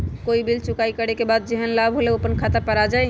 कोई बिल चुकाई करे के बाद जेहन लाभ होल उ अपने खाता पर आ जाई?